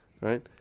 Right